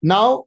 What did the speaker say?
Now